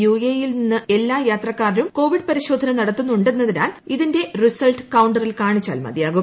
യുഎഇയിൽ എല്ലാ യാത്രക്കാർക്കും കോവിഡ് പ്രിശോധന നടത്തുന്നുണ്ടെന്നതിനാൽ അതിന്റെ റിസൾട്ട് കൌണ്ട്വിൽ കാണിച്ചാൽ മതിയാകും